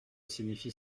signifie